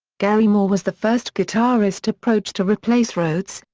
gary moore was the first guitarist approached to replace rhoads,